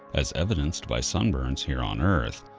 as evidenced by sunburns here on earth.